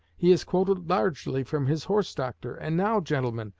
he has quoted largely from his horse doctor and now, gentlemen,